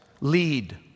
Lead